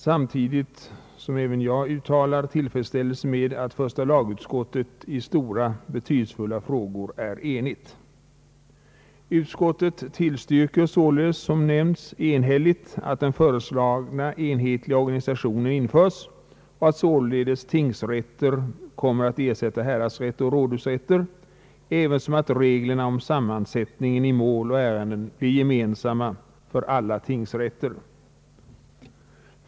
Samtidigt uttalar även jag min tillfredsställelse över att första lagutskottet i stora och betydelsefulla frågor är enigt. Utskottet tillstyrker enhälligt att den föreslagna enhetliga organisationen införes, att således tingsrätter kommer att ersätta häradsrätter och rådhusrätter ävensom att reglerna om sammansättningen i mål och ärenden blir gemensam för alla tingsrätter.